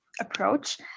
approach